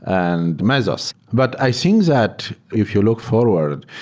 and mesos. but i think that if you look forward,